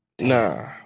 Nah